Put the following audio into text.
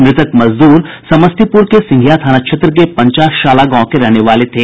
मृतक मजदूर समस्तीपुर के सिंहिया थाना क्षेत्र के पंचाशाला गांव के रहने वाले थे